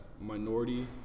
minority